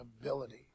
ability